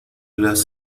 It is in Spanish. las